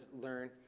learn